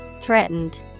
Threatened